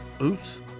oops